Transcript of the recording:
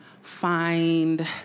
find